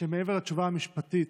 אדוני, שמעבר לתשובה המשפטית,